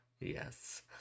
Yes